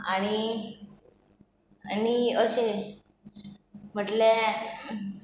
आनी आनी अशें म्हटल्या